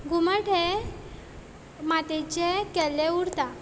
घुमट हें मातयेचें केल्लें उरता